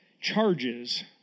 charges